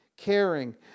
caring